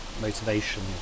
motivation